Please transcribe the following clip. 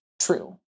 true